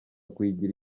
kuyigira